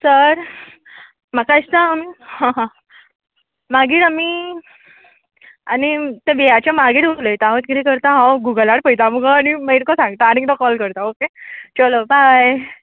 तर म्हाका दिसता ह ह मागीर आमी आनी ते वॅयाचें मागीर उलयतां हांव कितें करता हांव गुगलार पळयतां मुगो आनी मागीर तुका सांगता आनी एकदां कॉल करता ओके चलो बाय